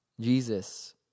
Jesus